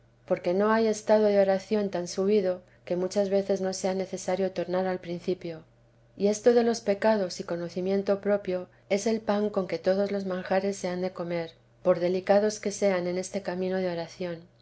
porque no hay estado de oración tan subido que muchas veces no sea necesario tornar al principio y esto de los pecados y conocimiento propio es el pan con que todos los manjares se han de comer por delicados que sean en este camino de oración